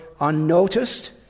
unnoticed